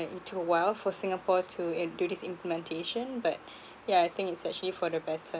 it took a while for singapore to im~ do this implementation but yeah I think it's actually for the better